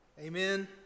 Amen